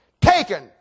Taken